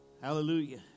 Hallelujah